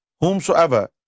Whomsoever